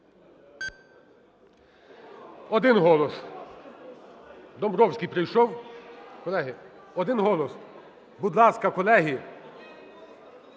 Один голос. Домбровський прийшов. Колеги, один голос. Будь ласка, колеги,